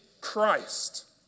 Christ